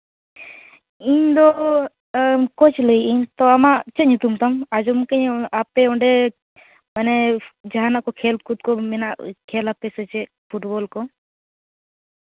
ᱤᱧᱫᱚ ᱠᱳᱪ ᱞᱟᱹᱭᱮᱫᱟᱹᱧ ᱛᱚ ᱟᱢᱟᱜ ᱪᱮᱫ ᱧᱩᱛᱩᱢ ᱛᱟᱢ ᱟᱸᱡᱚᱢ ᱠᱟᱜᱼᱟᱹᱧ ᱟᱯᱮ ᱚᱸᱰᱮ ᱡᱟᱦᱟᱱᱟᱜ ᱠᱚ ᱠᱷᱮᱞ ᱠᱚ ᱢᱮᱱᱟᱜ ᱠᱷᱮᱞᱟᱯᱮ ᱥᱮ ᱪᱮᱫ ᱯᱷᱩᱴᱵᱚᱞ ᱠᱚ